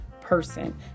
person